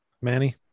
Manny